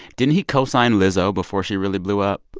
didn't he co-sign lizzo before she really blew up?